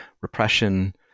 repression